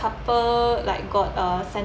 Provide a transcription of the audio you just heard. couple like got uh